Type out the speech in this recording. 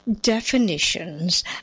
definitions